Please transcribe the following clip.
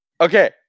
okay